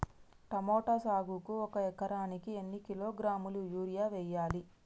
Tomato సాగుకు ఒక ఎకరానికి ఎన్ని కిలోగ్రాముల యూరియా వెయ్యాలి?